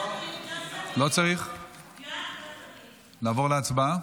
לעבור להצבעה?